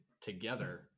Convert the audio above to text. together